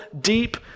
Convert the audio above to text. deep